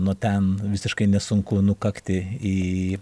nuo ten visiškai nesunku nukakti į